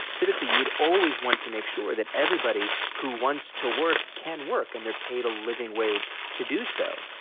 typically, you would always want to make sure that everybody who wants to work can work and they're paid a living wage to do so.